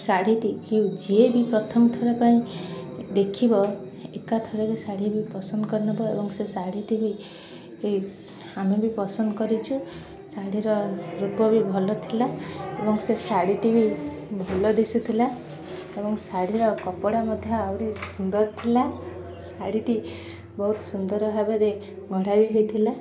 ଶାଢ଼ୀଟି ଯିଏ ବି ପ୍ରଥମଥର ପାଇଁ ଦେଖିବ ଏକାଥରକେ ଶାଢ଼ୀ ବି ପସନ୍ଦ କରିନେବ ଏବଂ ସେ ଶାଢ଼ୀଟି ବି ଆମେ ବି ପସନ୍ଦ କରିଛଉ ଶାଢ଼ୀର ରୂପ ବି ଭଲଥିଲା ଏବଂ ସେ ଶାଢ଼ୀଟି ବି ଭଲ ଦିଶୁଥିଲା ଏବଂ ଶାଢୀର କପଡ଼ା ମଧ୍ୟ ଆହୁରି ସୁନ୍ଦର ଥିଲା ଶାଢ଼ୀଟି ବହୁତ ସୁନ୍ଦର ଭାବରେ ଗଢ଼ା ବି ହୋଇଥିଲା